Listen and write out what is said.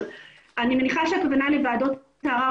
אני מניחה שהכוונה לוועדות ערר.